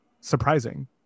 surprising